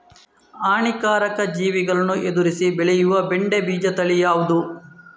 ಹಾನಿಕಾರಕ ಜೀವಿಗಳನ್ನು ಎದುರಿಸಿ ಬೆಳೆಯುವ ಬೆಂಡೆ ಬೀಜ ತಳಿ ಯಾವ್ದು?